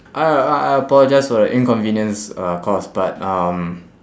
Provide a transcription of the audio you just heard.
I I I apologise for the inconvenience uh caused but um